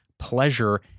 pleasure